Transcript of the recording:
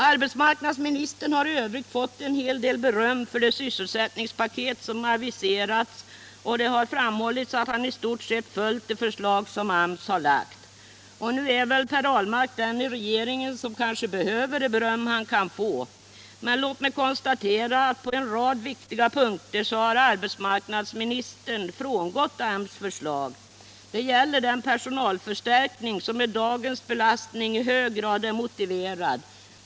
Arbetsmarknadsministern har i övrigt fått en hel del beröm för det sysselsättningspaket som aviserats, och det har framhållits att han i stort sett följt det förslag som AMS har lagt. Nu är väl Per Ahlmark den i regeringen som kanske behöver det beröm han kan få, men låt mig konstatera att på en rad viktiga punkter har arbetsmarknadsministern frångått AMS förslag. Det gäller den personalförstärkning som med dagens belastning i hög grad är motiverad.